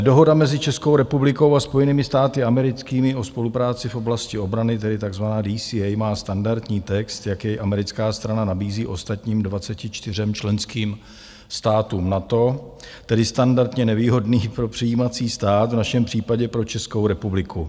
Dohoda mezi Českou republikou a Spojenými státy americkými o spolupráci v oblasti obrany, tedy takzvaná DCA, má standardní text, jak jej americká strana nabízí ostatním 24 členským státům NATO, tedy standardně nevýhodný pro přijímající stát, v našem případě pro Českou republiku.